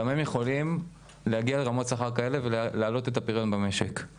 גם הם יכולים להגיע לרמות שכר כאלה ולהעלות את הפריון במשק'.